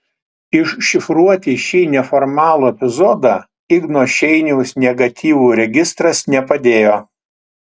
iššifruoti šį neformalų epizodą igno šeiniaus negatyvų registras nepadėjo